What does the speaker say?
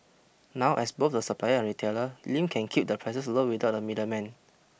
now as both the supplier and retailer Lim can keep the prices low without the middleman